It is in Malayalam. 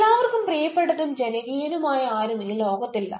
എല്ലാവർക്കും പ്രിയപ്പെട്ടതും ജനകീയനുമായ ആരും ഈ ലോകത്ത് ഇല്ല